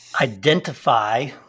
identify